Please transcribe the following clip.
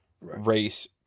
race